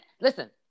Listen